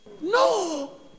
No